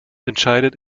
entscheidet